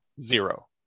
Zero